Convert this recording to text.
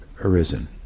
arisen